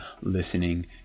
listening